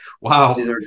wow